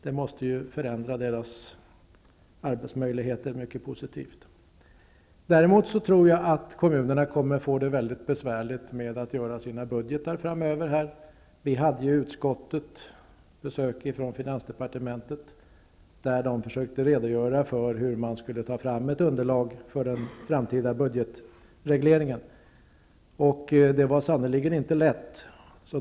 Det måste förändra kommunernas arbetsmöjligheter mycket positivt. Däremot tror jag att kommunerna framöver kommer att få det mycket besvärligt med att utforma sina budgetar. Vi hade i utskottet besök från finansdepartementet, där man försökte redogöra för hur man skulle ta fram ett underlag för den framtida budgetregleringen. Det var sannerligen inte lätt.